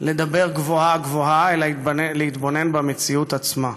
לדבר גבוהה-גבוהה אלא להתבונן במציאות עצמה.